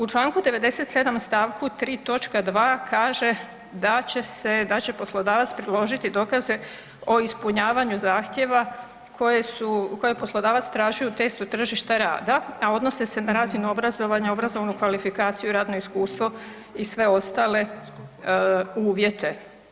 U Članku 97. stavku 3. točka 2. kaže da će se, da će poslodavac priložiti dokaze o ispunjavanju zahtjeva koje su, koje je poslodavac tražio u testu tržišta rada, a odnose se na razinu obrazovanja, obrazovnu kvalifikaciju, radno iskustvo i sve ostale uvjete.